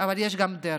אבל גם יש דרך.